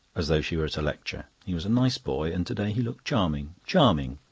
as though she were at a lecture. he was a nice boy, and to-day he looked charming charming!